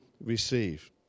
receive